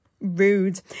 Rude